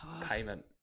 payment